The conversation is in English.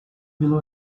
below